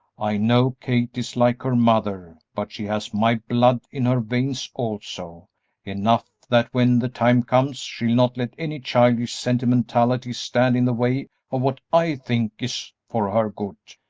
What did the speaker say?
i know kate is like her mother, but she has my blood in her veins also enough that when the time comes she'll not let any childish sentimentality stand in the way of what i think is for her good.